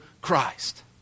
Christ